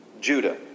Judah